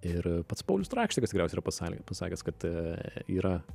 ir pats paulius rakštikas tikriausiai yra pasal pasakęs kad yra